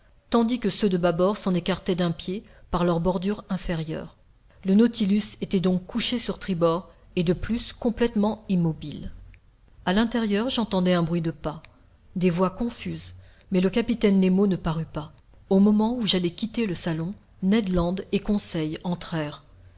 tandis que ceux de bâbord s'en écartaient d'un pied par leur bordure inférieure le nautilus était donc couché sur tribord et de plus complètement immobile a l'intérieur j'entendais un bruit de pas des voix confuses mais le capitaine nemo ne parut pas au moment où j'allais quitter le salon ned land et conseil